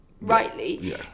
rightly